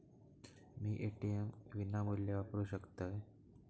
मी ATM विनामूल्य वापरू शकतय?